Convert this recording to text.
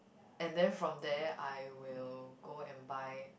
and then from there I will go and buy